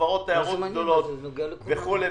חברות תיירות גדולות, וכולי.